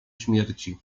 śmierci